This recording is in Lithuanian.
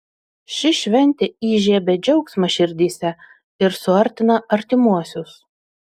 ši šventė įžiebia džiaugsmą širdyse ir suartina artimuosius